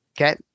okay